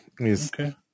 Okay